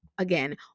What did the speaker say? Again